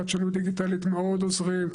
לחדשנות דיגיטלית, מאוד עוזרים.